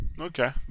Okay